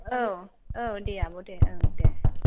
औ औ दे आब' दे ओं दे